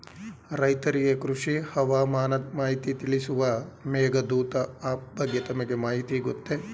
ರೈತರಿಗೆ ಕೃಷಿ ಹವಾಮಾನ ಮಾಹಿತಿ ತಿಳಿಸುವ ಮೇಘದೂತ ಆಪ್ ಬಗ್ಗೆ ತಮಗೆ ಮಾಹಿತಿ ಗೊತ್ತೇ?